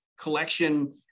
collection